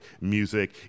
music